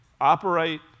operate